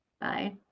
Bye